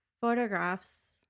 photographs